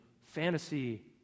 fantasy